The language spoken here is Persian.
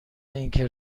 اینکه